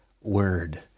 word